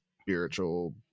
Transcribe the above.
spiritual